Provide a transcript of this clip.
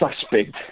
Suspect